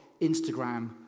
Instagram